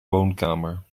woonkamer